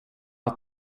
att